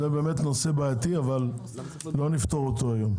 זה באמת נושא בעייתי אבל לא נפתור אותו היום.